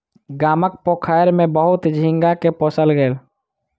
गामक पोखैर में बहुत झींगा के पोसल गेल